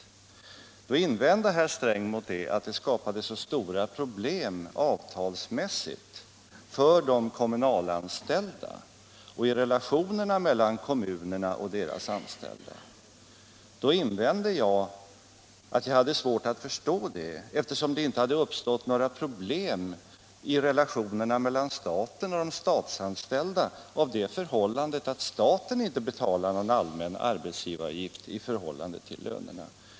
Mot det invände då herr Sträng att det skapade så stora problem avtalsmässigt för de kommunalanställda och i relationerna mellan kommunerna och deras anställda. Då invände jag att jag hade svårt att förstå det, eftersom det inte hade uppstått några problem i relationerna mellan staten och de statsanställda av det förhållandet att staten inte betalar någon allmän arbetsgivaravgift.